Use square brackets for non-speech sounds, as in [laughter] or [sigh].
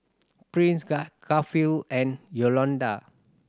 Prince [unintelligible] Garfield and Yolanda